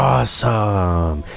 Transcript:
Awesome